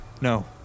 No